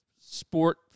sport